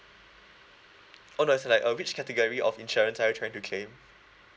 oh no it's like uh which category of insurance are you trying to claim